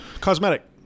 cosmetic